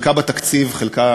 חלקה בתקציב וחלקה,